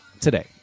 today